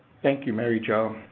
thank you, mary jo.